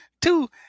Two